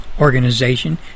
organization